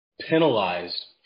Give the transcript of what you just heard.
penalized